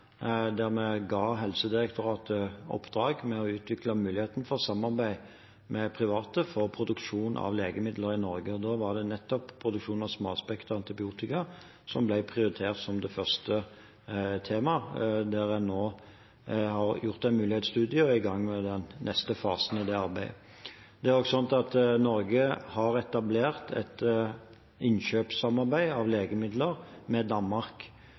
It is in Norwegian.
der vi ga Helsedirektoratet i oppdrag å utvikle muligheten for samarbeid med private for produksjon av legemidler i Norge. Det var nettopp produksjon av smalspektret antibiotika som ble prioritert som det første temaet. Der har man nå har gjort en mulighetsstudie og er i gang med den neste fasen i det arbeidet. Norge har etablert et samarbeid med Danmark om innkjøp av legemidler,